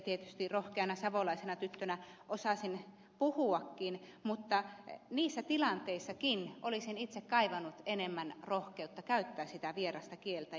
tietysti rohkeana savolaisena tyttönä osasin puhuakin mutta niissä tilanteissakin olisin itse kaivannut enemmän rohkeutta käyttää sitä vierasta kieltä